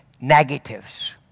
negatives